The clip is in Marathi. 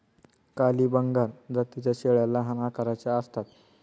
काली बंगाल जातीच्या शेळ्या लहान आकाराच्या असतात